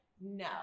no